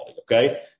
Okay